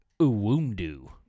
Uwundu